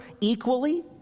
equally